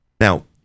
Now